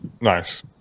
Nice